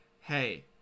Hey